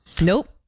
nope